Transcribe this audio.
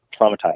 traumatized